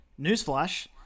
Newsflash